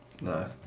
No